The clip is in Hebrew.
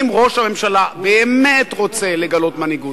אם ראש הממשלה באמת רוצה לגלות מנהיגות,